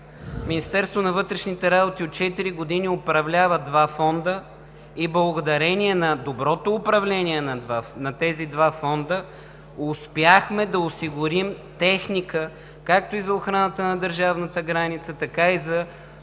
Министерството на вътрешните работи от четири години управлява два фонда и благодарение на доброто управление на тези два фонда успяхме да осигурим техника както и за охраната на държавната граница, така и за